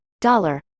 dollar